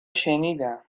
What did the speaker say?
شنیدم